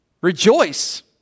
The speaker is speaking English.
Rejoice